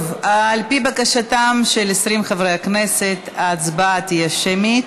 על פי בקשתם של 20 חברי הכנסת, ההצבעה תהיה שמית.